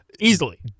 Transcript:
easily